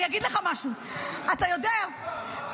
אני אגיד לך משהו -- אם הייתי מזמין אותך היית באה.